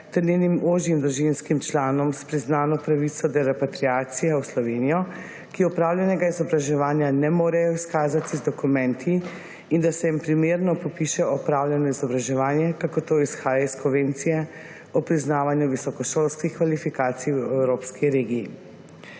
ter njenim ožjim družinskim članom s priznano pravico do repatriacije v Slovenijo, ki opravljenega izobraževanja ne morejo izkazati z dokumenti, in da se jim primerno popiše opravljeno izobraževanje, kakor to izhaja iz Konvencije o priznavanju visokošolskih kvalifikacij v evropski regiji.